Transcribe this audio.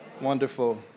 Wonderful